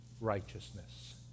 righteousness